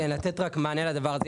לתת רק מענה לדבר הזה.